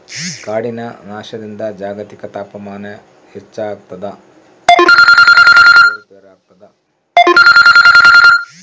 ಕಾಡಿನ ನಾಶದಿಂದ ಜಾಗತಿಕ ತಾಪಮಾನ ಹೆಚ್ಚಾಗ್ತದ ವಾತಾವರಣದಾಗ ಏರು ಪೇರಾಗ್ತದ